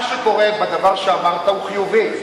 מה שקורה בדבר שאמרת הוא חיובי,